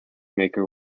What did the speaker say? maker